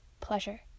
pleasure